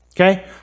Okay